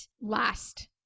last